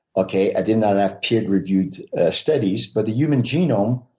okay, i did not have peer reviewed studies but the human genome